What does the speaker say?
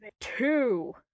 two